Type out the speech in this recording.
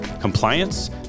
compliance